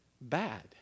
bad